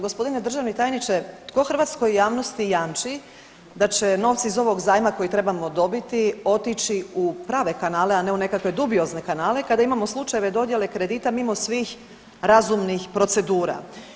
G. državni tajniče, tko hrvatskoj javnosti jamči da će novci iz ovog zajma kojeg trebamo dobiti otići u prave kanale, a ne u nekakve dubiozne kanale kada imamo slučajeve dodjele kredita mimo svih razumnih procedura?